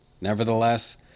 Nevertheless